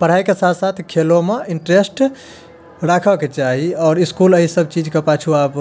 पढ़ाइ कऽ साथ साथ खेलोमे इन्टरेस्ट राखऽके चाही आओर इसकूल एहि सभचीज कऽ पाछु आब